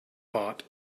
bought